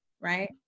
right